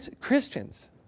Christians